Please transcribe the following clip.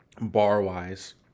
bar-wise